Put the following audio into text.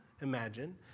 imagine